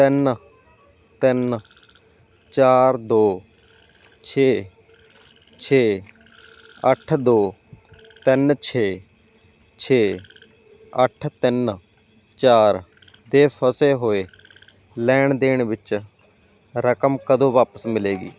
ਤਿੰਨ ਤਿੰਨ ਚਾਰ ਦੋ ਛੇ ਛੇ ਅੱਠ ਦੋ ਤਿੰਨ ਛੇ ਛੇ ਅੱਠ ਤਿੰਨ ਚਾਰ ਦੇ ਫਸੇ ਹੋਏ ਲੈਣ ਦੇਣ ਵਿੱਚ ਰਕਮ ਕਦੋਂ ਵਾਪਸ ਮਿਲੇਗੀ